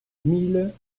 mille